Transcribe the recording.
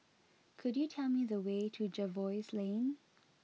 could you tell me the way to Jervois Lane